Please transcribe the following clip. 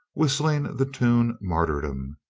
whistling the tune martyrdom.